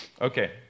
Okay